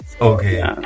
okay